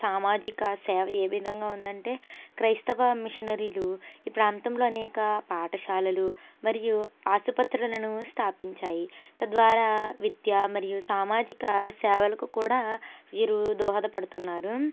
సామాజిక సేవ ఏ విధంగా ఉందంటే క్రైస్తవ మిషనరీలు ఈ ప్రాంతంలో అనేక పాఠశాలలు మరియు ఆసుపత్రులను స్థాపించాయి తద్వారా విద్యా మరియు సామాజిక సేవలకు కూడా వీరు దోహదపడుతున్నారు